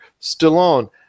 Stallone